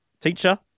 teacher